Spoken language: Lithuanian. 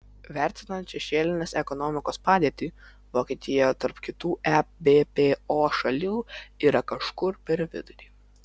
vertinant šešėlinės ekonomikos padėtį vokietija tarp kitų ebpo šalių yra kažkur per vidurį